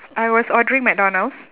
I was ordering McDonald's